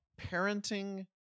parenting